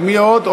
מי עוד?